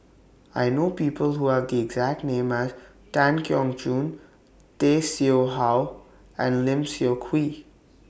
I know People Who Have The exact name as Tan Keong Choon Tay Seow Huah and Lim Seok Hui